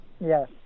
Yes